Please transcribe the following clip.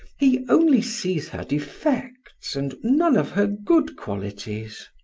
he only sees her defects and none of her good qualities.